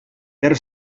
per